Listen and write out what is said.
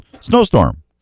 snowstorm